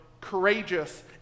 courageous